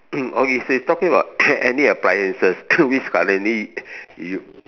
okay so is talking about any appliances which currently you